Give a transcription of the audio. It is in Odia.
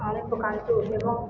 ପାଣି ପକାନ୍ତୁ ଏବଂ